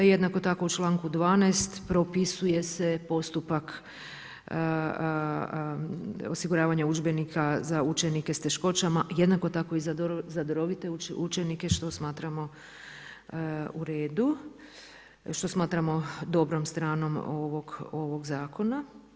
Jednako tako u članku 12 propisuje se postupak osiguravanja udžbenika za učenike s teškoćama, jednako tako i za darovite učenike što smatramo u redu, što smatramo dobrom stranom ovog zakona.